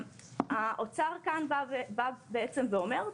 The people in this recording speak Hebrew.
האוצר כאן בא בעצם ואומר,